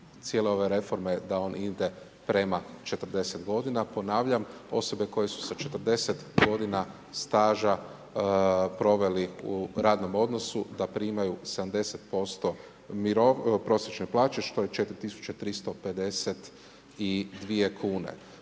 cijele ove reforme je da on ide prema 40 g. Ponavljam, osobe koje su sa 40 g. staža proveli u radnom odnosu, pa primanju 70% prosječne plaće, što je 4352 kn.